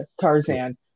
Tarzan